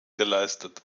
geleistet